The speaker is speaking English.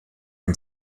and